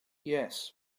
yes